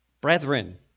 Brethren